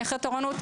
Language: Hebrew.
אני אחרי תורנות,